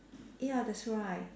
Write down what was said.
ya that's right